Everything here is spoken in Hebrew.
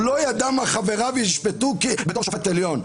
הוא לא ידע מה חבריו ישפטו כשופט עליון.